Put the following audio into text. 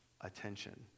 attention